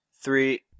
three